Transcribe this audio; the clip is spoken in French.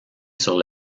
sur